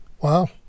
Wow